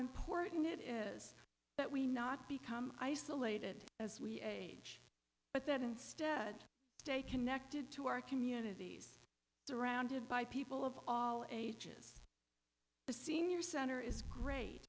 important it is that we not become isolated as we age but that instead stay connected to our communities surrounded by people of all ages the senior center is great